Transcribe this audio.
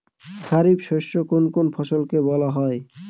খারিফ শস্য কোন কোন ফসলকে বলা হয়?